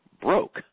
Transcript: broke